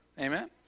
amen